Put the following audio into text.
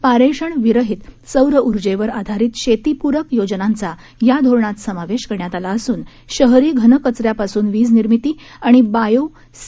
पारेषण विरहित सौर ऊर्जेवर आधारित शेती पूरक योजनांचा या धोरणात समावेश करण्यात आला असून शहरी घनकचऱ्यापासून वीज निर्मिती आणि बायो सी